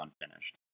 unfinished